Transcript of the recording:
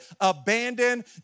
abandoned